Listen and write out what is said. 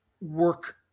work